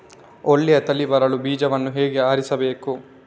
ಒಳ್ಳೆಯ ತಳಿ ಬರಲು ಬೀಜವನ್ನು ಹೇಗೆ ಆರಿಸಬೇಕು?